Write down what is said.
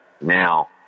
now